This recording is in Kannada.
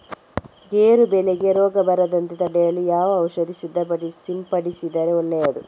ಗೇರು ಬೆಳೆಗೆ ರೋಗ ಬರದಂತೆ ತಡೆಯಲು ಯಾವ ಔಷಧಿ ಸಿಂಪಡಿಸಿದರೆ ಒಳ್ಳೆಯದು?